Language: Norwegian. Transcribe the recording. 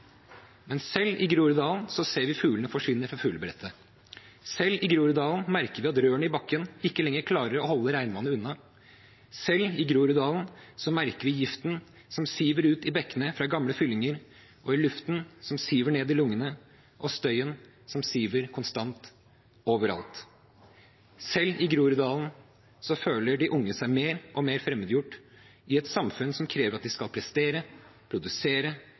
Men selv i Groruddalen ser vi at fuglene forsvinner fra fuglebrettet. Selv i Groruddalen merker vi at rørene i bakken ikke lenger klarer å holde regnvannet unna. Selv i Groruddalen merker vi giften som siver ut i bekkene fra gamle fyllinger og i luften, som siver ned i lungene, og støyen som siver konstant overalt. Selv i Groruddalen føler de unge seg mer og mer fremmedgjort i et samfunn som krever at de skal prestere, produsere